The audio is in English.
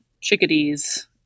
chickadees